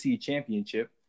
championship